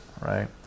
right